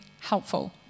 helpful